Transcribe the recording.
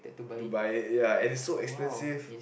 Dubai ya it is so expensive